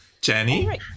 Jenny